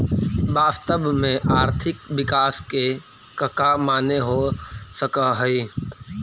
वास्तव में आर्थिक विकास के कका माने हो सकऽ हइ?